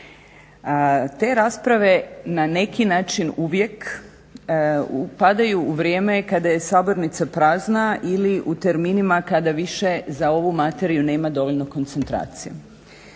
Te rasprave na neki način uvijek upadaju u vrijeme kada je sabornica prazna ili u terminima kada više za ovu materiju nema dovoljno koncentracija.